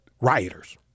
Rioters